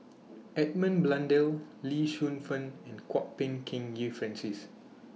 Edmund Blundell Lee Shu Fen and Kwok Peng Kin Francis